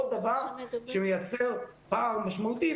עוד דבר שמייצר פער משמעותי,